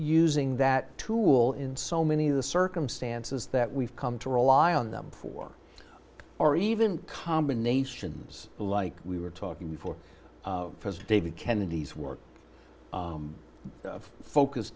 using that tool in so many of the circumstances that we've come to rely on them for or even combinations like we were talking before as david kennedy's work of focus